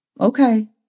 Okay